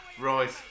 Right